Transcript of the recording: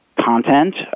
content